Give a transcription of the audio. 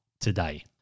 today